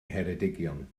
ngheredigion